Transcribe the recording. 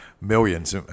millions